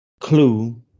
Clue